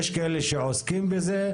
יש כאלה שעוסקים בזה.